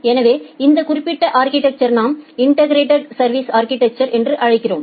எனவே இந்த குறிப்பிட்ட அா்கிடெக்சரை நாம் இன்டெகிரெட் சா்விஸ் அா்கிடெக்சர் என்று அழைக்கிறோம்